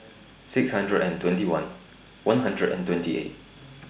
six hundred and twenty one one hundred and twenty eight